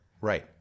right